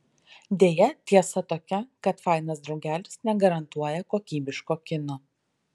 deja tiesa tokia kad fainas draugelis negarantuoja kokybiško kino